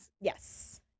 Yes